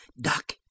Duck